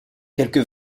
quelque